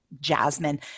jasmine